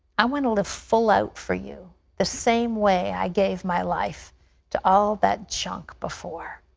i want to live full out for you the same way i gave my life to all that junk before.